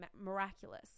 miraculous